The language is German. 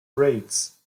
rates